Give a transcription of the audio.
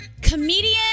comedian